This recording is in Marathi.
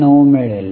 09 मिळेल